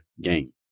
game